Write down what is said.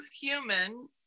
human